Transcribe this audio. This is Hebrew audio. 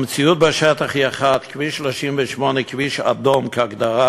והמציאות בשטח היא אחת: כביש 38, כביש אדום כהגדרת